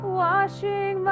washing